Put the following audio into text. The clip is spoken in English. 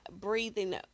breathing